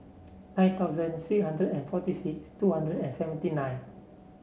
nine thousand six hundred and forty six two hundred and seventy nine